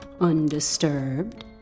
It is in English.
undisturbed